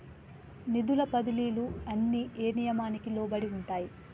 నిధుల బదిలీలు అన్ని ఏ నియామకానికి లోబడి ఉంటాయి?